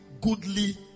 goodly